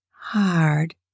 Hard